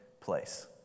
place